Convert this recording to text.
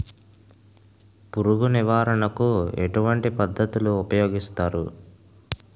పురుగు నివారణ కు ఎటువంటి పద్ధతులు ఊపయోగిస్తారు?